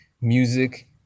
music